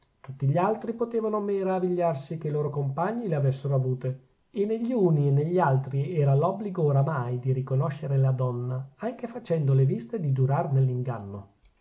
tutti gli altri potevano maravigliarsi che i loro compagni le avessero avute e negli uni e negli altri era l'obbligo oramai di riconoscere la donna anche facendo le viste di durar nell'inganno